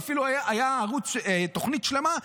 ואפילו הייתה תוכנית שלמה,